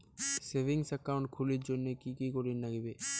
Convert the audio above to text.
Savings account খুলির জন্যে কি কি করির নাগিবে?